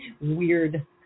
weird